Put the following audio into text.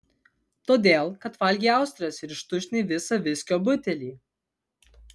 todėl kad valgei austres ir ištuštinai visą viskio butelį